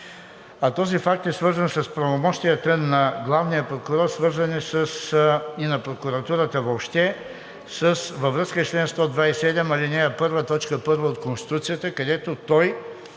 А този факт е свързан с правомощията на главния прокурор и на прокуратурата въобще във връзка с чл. 127, ал. 1, т. 1 от Конституцията, където той